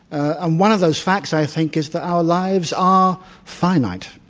and one of those facts, i think, is that our lives are finite.